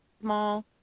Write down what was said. small